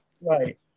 Right